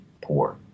poor